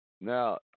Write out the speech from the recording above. Now